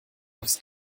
aufs